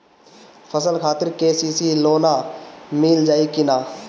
फसल खातिर के.सी.सी लोना मील जाई किना?